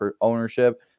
ownership